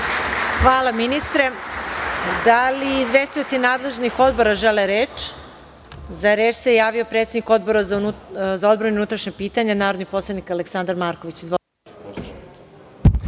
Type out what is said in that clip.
Hvala ministre. Da li izvestioci nadležni odbora žele reč? Za reč se javio predsednik Odbora za odbranu i unutrašnja pitanja, narodni poslanik Aleksandar Marković.